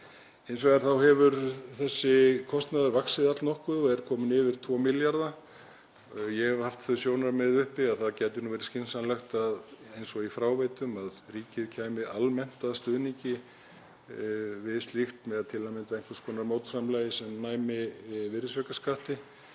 Hins vegar hefur þessi kostnaður vaxið allnokkuð og er kominn yfir 2 milljarða. Ég hef haft þau sjónarmið uppi að það gæti verið skynsamlegt, eins og í fráveitum, að ríkið kæmi almennt að stuðningi við slíkt, til að mynda með einhvers konar mótframlagi sem næmi virðisaukaskatti